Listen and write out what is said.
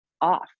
off